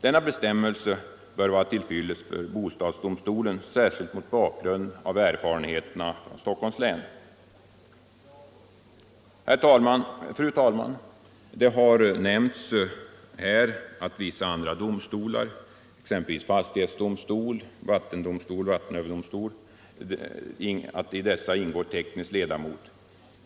Denna bestämmelse bör vara till fyllest för bostadsdomstolen, särskilt mot bakgrund av erfarenheten från Stockholms län. Det har här nämnts att i vissa andra domstolar, exempelvis i fastighetsdomstol, vattendomstol och vattenöverdomstol ingår teknisk leda mot.